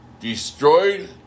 Destroyed